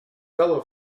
fellow